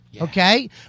Okay